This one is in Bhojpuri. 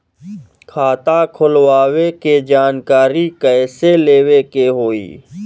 खाता खोलवावे के जानकारी कैसे लेवे के होई?